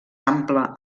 ampla